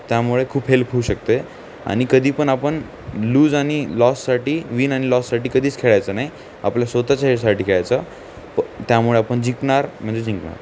त्यामुळे खूप हेल्प होऊ शकते आणि कधीपण आपण लूज आणि लॉससाठी विन आणि लॉससाठी कधीच खेळायचं नाही आपल्या स्वतःच्या हेसाठी खेळायचं पण त्यामुळे आपण जिंकणार म्हणजे जिंकणार